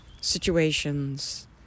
situations